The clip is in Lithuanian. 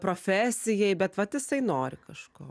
profesijai bet vat jisai nori kažko